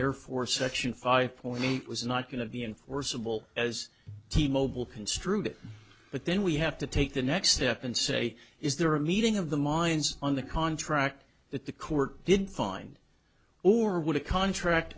therefore section five point eight was not going to be enforceable as t mobile construed but then we have to take the next step and say is there a meeting of the minds on the contract that the court didn't find or would a contract